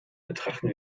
betrachten